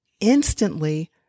Instantly